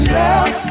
love